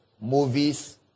Movies